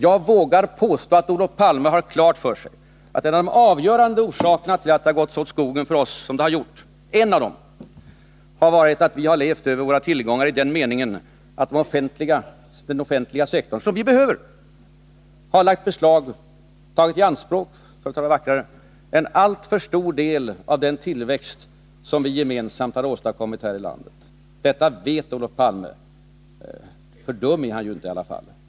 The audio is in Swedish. Jag vågar påstå att Olof Palme har klart för sig att en av de avgörande orsakerna till att det har gått så åt skogen för oss som det har gjort är att vi har levt över våra tillgångar i den meningen att den offentliga sektorn, som vi behöver, har lagt beslag på — eller låt mig säga tagit i anspråk, för att använda ett vackrare uttryck — en alltför stor del av den tillväxt som vi gemensamt har åstadkommit här i landet. Detta vet Olof Palme, för dum är han ju inte.